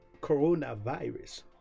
coronavirus